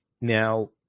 Now